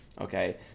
okay